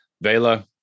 Vela